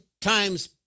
times